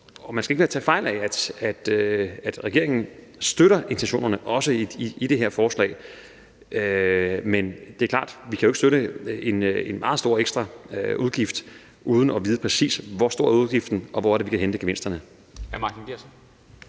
Man skal ikke tage fejl af, at regeringen støtter intentionerne, også i det her forslag, men det er klart, at vi jo ikke kan støtte en meget stor ekstra udgift uden at vide, præcis hvor stor udgiften er, og hvor vi kan hente gevinsterne.